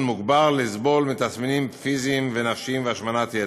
מוגבר לסבול מתסמינים פיזיים ונפשיים ומהשמנת יתר.